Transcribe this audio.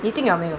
你进了没有